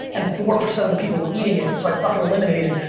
and four percent of the people were eating it, so i fucking eliminated